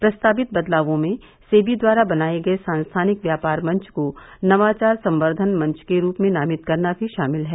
प्रस्तावित बदलावों में सेबी द्वारा बनाये गये सांस्थानिक व्यापार मंच को नवाचार संवर्द्धन मंच के रूप में नामित करना भी शामिल है